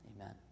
amen